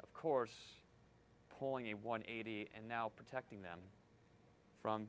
of course pulling a one eighty and now protecting them from